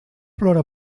plora